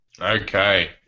okay